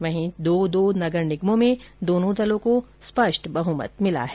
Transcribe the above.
वहीं दो दो नगर निगमों में दोनों दलों को स्पष्ट बहुमत मिला है